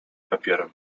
papierem